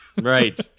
right